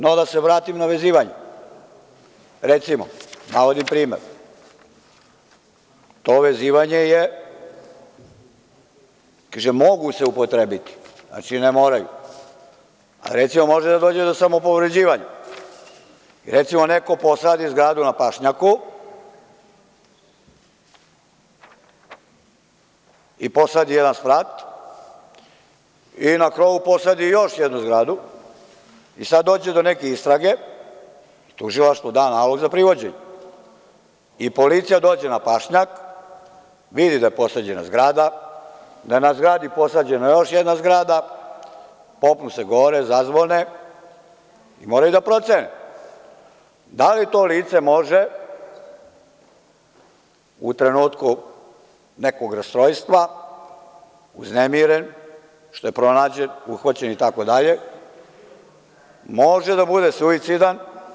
No, da se vratim na vezivanje, recimo, navodim primer, to vezivanje je, kažem mogu se upotrebiti, znači, ne moraju, a recimo, može da dođe do samopovređivanja i, recimo, neko posadi zgradu na pašnjaku, i posadi jedan sprat, i na krovu posadi još jednu zgradu, i sada dođe do neke istrage i tužilaštvo da nalog za privođenje i policija dođe na pašnjak, vidi da je posađena zgrada, da je na zgradi posađena još jedna zgrada, popnu se gore, zazvone i moraju da procene da li to lice može, u trenutku nekog rastrojstva, uznemiren, što je pronađen, uhvaćen, itd, da bude suicidno.